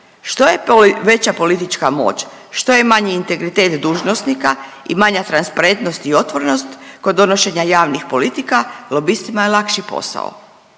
Što je to veća politička moć, što je manji integritet dužnosnika i manja transparentnost i otvorenost kod donošenja javnih politika lobistima je lakši posao.